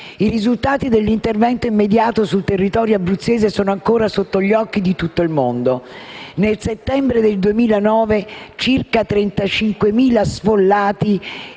I risultati dell'intervento immediato sul territorio abruzzese sono ancora oggi sotto gli occhi di tutto il mondo. Nel settembre del 2009, circa 35.000 «sfollati»